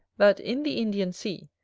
that in the indian sea,